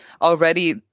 already